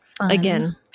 again